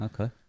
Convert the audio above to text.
Okay